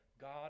God